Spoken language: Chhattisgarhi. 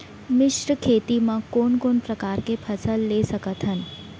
मिश्र खेती मा कोन कोन प्रकार के फसल ले सकत हन?